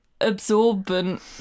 absorbent